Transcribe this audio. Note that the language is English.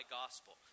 gospel